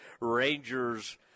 Rangers